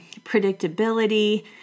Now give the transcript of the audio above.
predictability